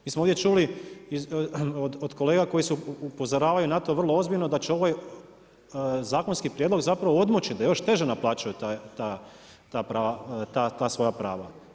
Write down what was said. Mi smo ovdje čuli od kolega koji upozoravaju na to vrlo ozbiljno da će ovaj zakonski prijedlog zapravo odmoći da još teže naplaćuju ta svoja prava.